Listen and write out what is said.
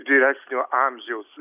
vyresnio amžiaus